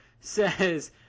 says